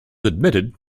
admitted